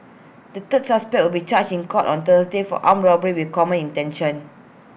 the third suspect will be charged in court on Thursday for armed robbery with common intention